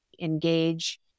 engage